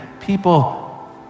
people